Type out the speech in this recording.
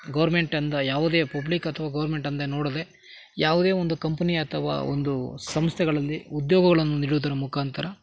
ಗೌರ್ಮೆಂಟೆಂದು ಯಾವುದೇ ಪಬ್ಲಿಕ್ ಅಥವಾ ಗೌರ್ಮೆಂಟ್ ಅಂದು ನೋಡದೇ ಯಾವುದೇ ಒಂದು ಕಂಪನಿ ಅಥವಾ ಒಂದು ಸಂಸ್ಥೆಗಳಲ್ಲಿ ಉದ್ಯೋಗಗಳನ್ನು ನೀಡುವುದರ ಮುಖಾಂತರ